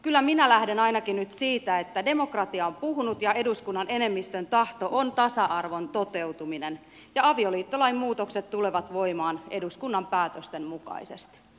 kyllä minä lähden ainakin nyt siitä että demokratia on puhunut ja eduskunnan enemmistön tahto on tasa arvon toteutuminen ja avioliittolain muutokset tulevat voimaan eduskunnan päätösten mukaisesti